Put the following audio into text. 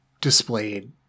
displayed